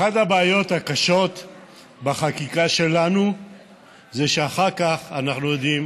אחת הבעיות הקשות בחקיקה שלנו זה שאחר כך אנחנו לא יודעים